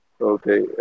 Okay